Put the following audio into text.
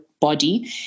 body